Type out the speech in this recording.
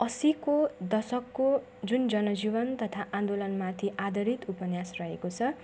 असीको दशकको जुन जनजीवन तथा आन्दोलनमाथि आधारित उपन्यास रहेको छ